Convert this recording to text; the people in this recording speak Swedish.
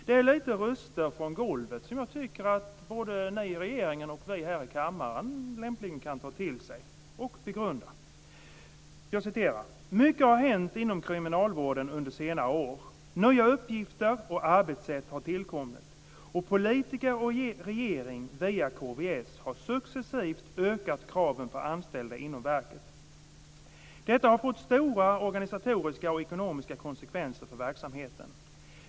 Det är röster från golvet, som jag tycker att regeringen och vi här i kammaren kan ta till oss av och begrunda: "Mycket har hänt inom kriminalvården under senare år. Nya arbetsuppgifter och arbetssätt har tillkommit och politiker och regering via KVS har successivt ökat kraven på anställda inom verket. Detta har fått stora organisatoriska och ekonomiska konsekvenser för verksamheten.